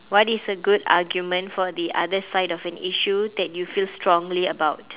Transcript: what is a good argument for the other side of an issue that you feel strongly about